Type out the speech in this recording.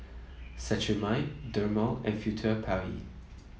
Cetrimide Dermale and Furtere Paris